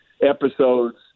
episodes